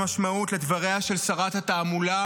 ייחסתם משמעות לדבריה של שרת התעמולה